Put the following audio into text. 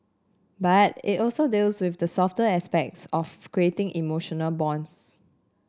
but it also deals with the softer aspects of creating emotional bonds